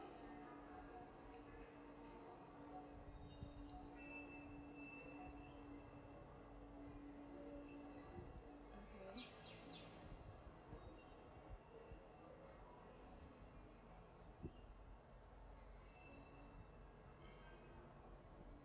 okay